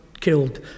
killed